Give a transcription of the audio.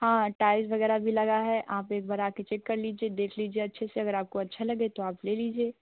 हाँ टाइल्स वगैरह भी लगा है आप एक बार आ कर चेक कर लीजिए देख लीजिए अच्छे से अगर आपको अच्छा लगे तो आप ले लीजिए